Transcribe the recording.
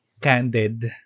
candid